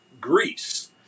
Greece